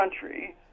country